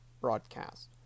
broadcast